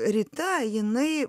rita jinai